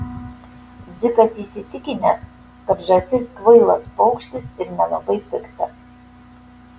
dzikas įsitikinęs kad žąsis kvailas paukštis ir nelabai piktas